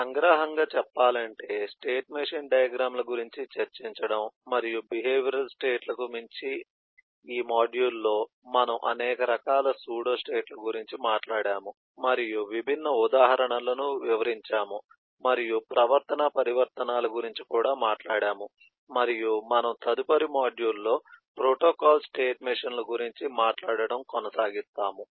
కాబట్టి సంగ్రహంగా చెప్పాలంటే స్టేట్ మెషీన్ డయాగ్రమ్ ల గురించి చర్చించడం మరియు బిహేవియరల్ స్టేట్ లకు మించి ఈ మాడ్యూల్లో మనము అనేక రకాల సూడోస్టేట్ల గురించి మాట్లాడాము మరియు విభిన్న ఉదాహరణలను వివరించాము మరియు ప్రవర్తనా పరివర్తనాల గురించి కూడా మాట్లాడాము మరియు మనము తదుపరి మాడ్యూల్ ప్రోటోకాల్ స్టేట్ మెషీన్ల గురించి మాట్లాడడం కొనసాగిస్తాము